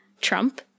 Trump